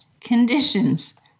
conditions